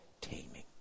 taming